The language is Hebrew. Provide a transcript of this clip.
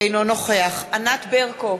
אינו נוכח ענת ברקו,